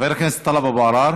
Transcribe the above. חבר הכנסת טלב אבו עראר.